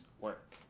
work